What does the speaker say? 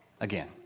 Again